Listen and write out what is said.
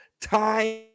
Time